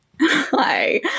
Hi